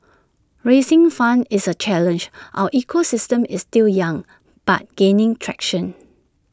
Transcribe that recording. raising funds is A challenge our ecosystem is still young but gaining traction